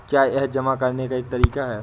क्या यह जमा करने का एक तरीका है?